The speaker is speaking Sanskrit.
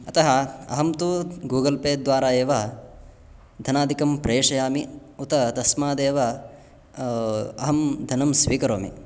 अतः अहं तु गूगल् पेद्वारा एव धनादिकं प्रेषयामि उत तस्मादेव अहं धनं स्वीकरोमि